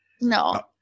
No